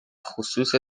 خصوص